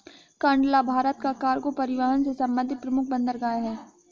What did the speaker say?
कांडला भारत का कार्गो परिवहन से संबंधित प्रमुख बंदरगाह है